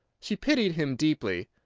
she pitied him deeply.